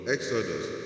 Exodus